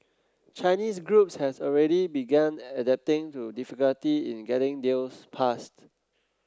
Chinese groups have already begun adapting to difficulty in getting deal passed